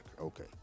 Okay